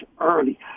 early